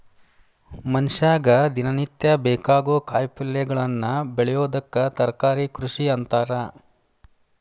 ಮನಷ್ಯಾಗ ದಿನನಿತ್ಯ ಬೇಕಾಗೋ ಕಾಯಿಪಲ್ಯಗಳನ್ನ ಬೆಳಿಯೋದಕ್ಕ ತರಕಾರಿ ಕೃಷಿ ಅಂತಾರ